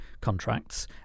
contracts